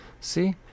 See